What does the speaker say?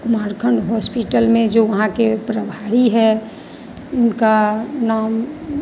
हमारे कुमारखंड होस्पिटल में जो वहाँ के प्रभारी है उनका नाम